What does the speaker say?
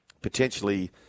potentially